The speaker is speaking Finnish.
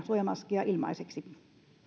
suojamaskeja ilmaiseksi